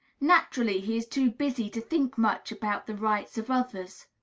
naturally he is too busy to think much about the rights of others.